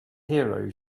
hero